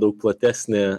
daug platesnė